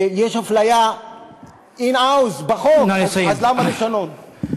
ויש אפליה in-house בחוק, אז למה לשנות?